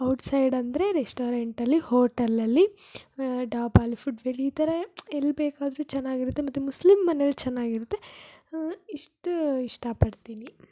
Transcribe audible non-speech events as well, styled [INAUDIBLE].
outside ಅಂದರೆ ರೆಶ್ಟೋರೆಂಟಲ್ಲಿ ಹೋಟಲಲ್ಲಿ ಡಾಬಾಲಿ ಫುಡ್ [UNINTELLIGIBLE] ಈ ಥರ ಎಲ್ಲಿ ಬೇಕಾದರೂ ಚೆನ್ನಾಗಿ ಇರುತ್ತೆ ಮತ್ತು ಮುಸ್ಲಿಂ ಮನೆಯಲ್ಲಿ ಚೆನ್ನಾಗಿ ಇರುತ್ತೆ ಇಷ್ಟು ಇಷ್ಟಪಡ್ತೀನಿ